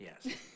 Yes